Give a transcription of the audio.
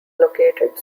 located